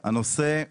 על סדר היום